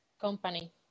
Company